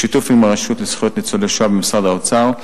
בשיתוף עם הרשות לזכויות ניצולי השואה במשרד האוצר,